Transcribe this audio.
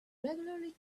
regularly